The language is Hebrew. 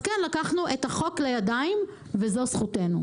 אז כן, לקחנו את החוק לידיים, וזו זכותנו.